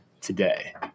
today